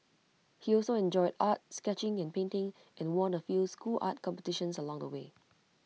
he also enjoyed art sketching and painting and won A few school art competitions along the way